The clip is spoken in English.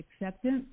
acceptance